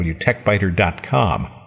www.techbiter.com